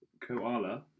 koala